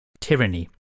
Tyranny